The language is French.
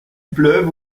pleuve